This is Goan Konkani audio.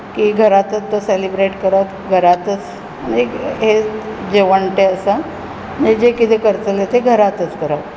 की घरांतूच तें सेलेब्रेट करप घरांतच म्हणजें एक जेवण तें आसा आनी जें कितें करतले तें घरांतच करप